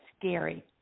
scary